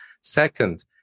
Second